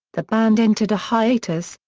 the band entered a hiatus,